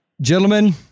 Gentlemen